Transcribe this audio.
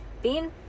Bean